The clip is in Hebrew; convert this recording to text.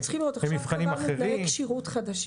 עכשיו קבענו תנאי כשירות חדשים.